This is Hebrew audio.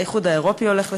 האיחוד האירופי הולך לשם,